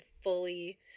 fully